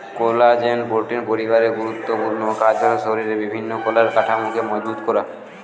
collagen protein পরিবারের গুরুত্বপূর্ণ কাজ হল শরিরের বিভিন্ন কলার কাঠামোকে মজবুত করা